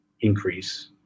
increase